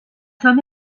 همه